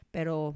Pero